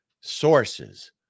sources